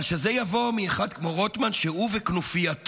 אבל שזה יבוא מאחד כמו רוטמן, שהוא וכנופייתו,